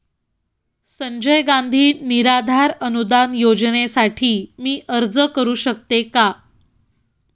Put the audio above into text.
संजय गांधी निराधार अनुदान योजनेसाठी मी अर्ज करू शकते का?